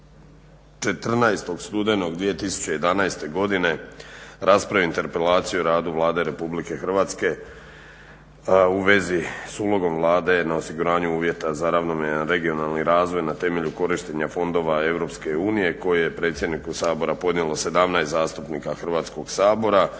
14. studenog 2011. godine raspravilo interpelaciju o radu Vlade Republike Hrvatske u vezi s ulogom Vlade na osiguranju uvjeta za ravnomjerni regionalni razvoj na temelju korištenja fondova EU koje je predsjedniku Sabora podnijelo 17 zastupnika Hrvatskog sabora.